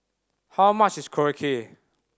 how much is Korokke